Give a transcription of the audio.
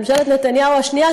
ממשלת נתניהו השנייה,